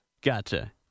Gotcha